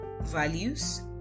values